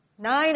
Nine